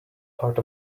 part